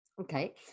okay